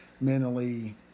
mentally